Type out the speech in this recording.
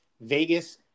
Vegas